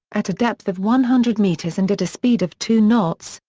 at a depth of one hundred metres and at a speed of two knots,